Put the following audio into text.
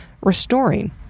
restoring